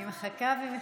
אני מחכה ומחכה.